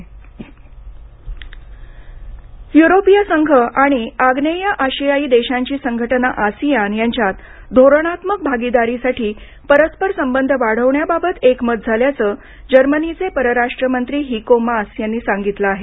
Germany ASEAN युरोपीय संघ आणि अग्नेय आशियाई देशांची संघटना आसिआन यांच्यात धोरणात्मक भागीदारीसाठी परस्पर संबंध वाढवण्याबाबत एकमत झाल्याचं जर्मनीचे परराष्ट्र मंत्री हिको मास यांनी सांगितलं आहे